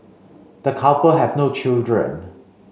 the couple have no children